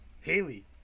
Haley